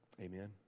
Amen